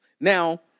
Now